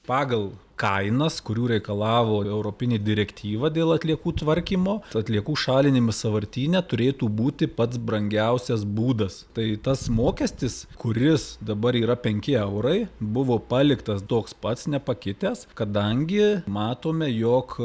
pagal kainas kurių reikalavo europinė direktyva dėl atliekų tvarkymo atliekų šalinimas sąvartyne turėtų būti pats brangiausias būdas tai tas mokestis kuris dabar yra penki eurai buvo paliktas toks pats nepakitęs kadangi matome jog